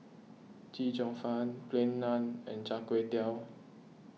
Chee Cheong Fun Plain Naan and Char Kway Teow